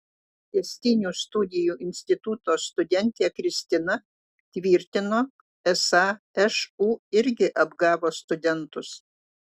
tęstinių studijų instituto studentė kristina tvirtino esą šu irgi apgavo studentus